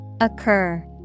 Occur